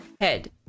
head